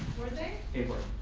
were they? they were.